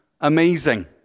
amazing